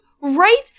Right-